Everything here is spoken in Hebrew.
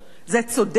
זה צודק?